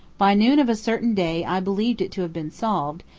by noon of a certain day i believed it to have been solved,